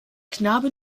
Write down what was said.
knabe